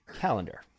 calendar